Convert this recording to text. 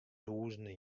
tûzenen